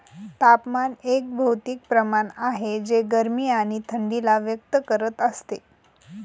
तापमान एक भौतिक प्रमाण आहे जे गरमी आणि थंडी ला व्यक्त करत असते